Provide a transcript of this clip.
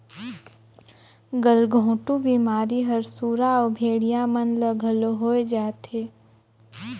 गलघोंटू बेमारी हर सुरा अउ भेड़िया मन ल घलो होय जाथे